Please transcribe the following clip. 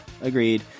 Agreed